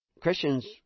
Christians